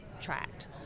tracked